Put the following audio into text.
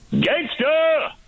Gangster